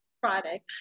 Friday